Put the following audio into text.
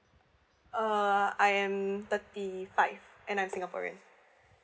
uh I am thirty five and I'm singaporean